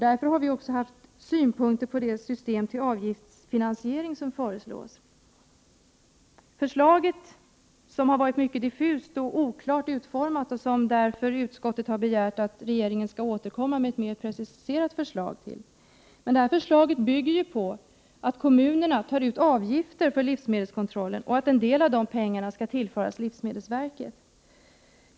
Därför har vi också haft synpunkter på det system till avgiftsfinansiering som föreslås. Förslaget är mycket diffust och oklart utformat, varför utskottet har begärt att regeringen skall återkomma med ett mer preciserat förslag. Det här förslaget bygger ju på att kommunerna tar ut avgifter för livsmedelskontrollen och att en del av pengarna skall tillföras livsmedelsverket.